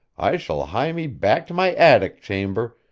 i shall hie me back to my attic chamber,